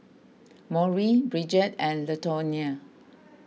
Maury Bridgett and Latonya